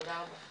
תודה רבה.